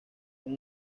con